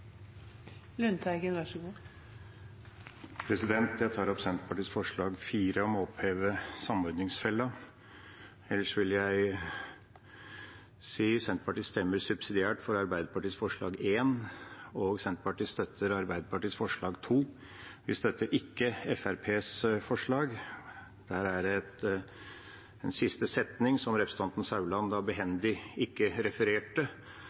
Jeg tar opp Senterpartiets forslag nr. 4, om å oppheve samordningsfella. Ellers vil jeg si at Senterpartiet stemmer subsidiært for Arbeiderpartiets forslag nr. 1, og Senterpartiet støtter Arbeiderpartiets forslag nr. 2. Vi støtter ikke Fremskrittspartiets forslag. Der er det en siste setning, som representanten Meininger Saudland behendig ikke refererte,